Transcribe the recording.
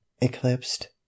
eclipsed